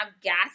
gas